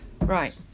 Right